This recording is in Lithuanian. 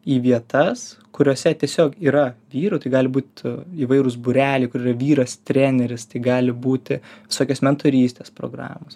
į vietas kuriose tiesiog yra vyrų tai gali būt įvairūs būreliai kur yra vyras treneris tai gali būti visokios mentorystės programos